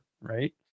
right